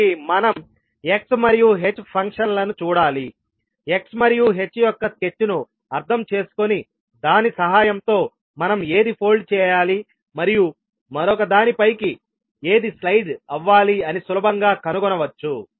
కాబట్టి మనం x మరియు h ఫంక్షన్లను చూడాలి x మరియు h యొక్క స్కెచ్ను అర్థం చేసుకొని దాని సహాయంతో మనం ఏది ఫోల్డ్ చేయాలి మరియు మరొకదాని పైకి ఏది స్లయిడ్ అవ్వాలి అని సులభంగా కనుగొనవచ్చు